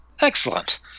Excellent